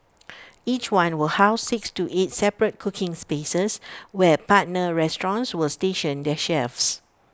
each one will house six to eight separate cooking spaces where partner restaurants will station their chefs